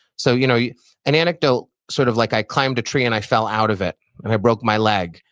so you know yeah an anecdote, sort of like i climbed a tree and i fell out of it and i broke my leg,